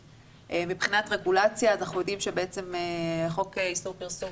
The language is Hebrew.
מבחינת רגולציה אנחנו יודעים שחוק איסור פרסום